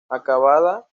acabada